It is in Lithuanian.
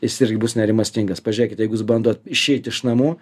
jis irgi bus nerimastingas pažiūrėkit jeigu jis bando išeit iš namų